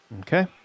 Okay